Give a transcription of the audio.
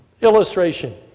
illustration